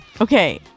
Okay